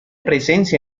presencia